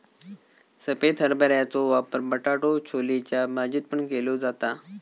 सफेद हरभऱ्याचो वापर बटाटो छोलेच्या भाजीत पण केलो जाता